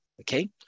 Okay